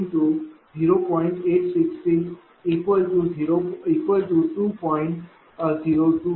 02 V आहे